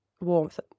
warmth